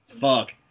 Fuck